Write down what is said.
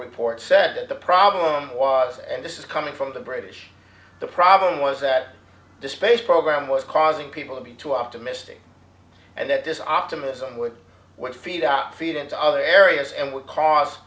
report busy says that the problem was and this is coming from the british the problem was that the space program was causing people to be too optimistic and that this optimism would what feed feed into other areas and would cause